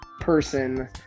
person